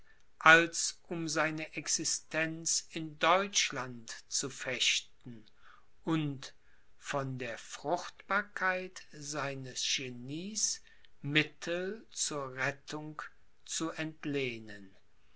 als um seine existenz in deutschland zu fechten und von der fruchtbarkeit seines genies mittel zur rettung zu entlehnen